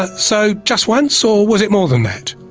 ah so just once, or was it more than that?